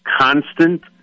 constant